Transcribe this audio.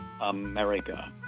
America